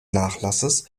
nachlasses